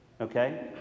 okay